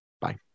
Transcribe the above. Bye